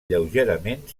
lleugerament